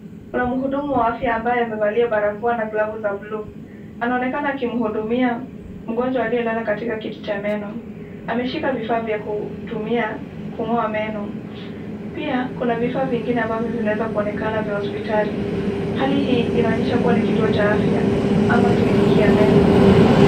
Kuna mhudumu wa afya ambaye amevalia barakoa na glavu za buluu. Anaonekana akimhudumia mgonjwa aliyelala katika kiti cha meno. Ameshika vifaa vya kutumia kung'oa meno. Pia kuna vifaa vingine ambavyo vinaweza kuonekana vya hospitali. Hali hii inaonyesha kuwa ni kituo cha afya ama kliniki ya meno.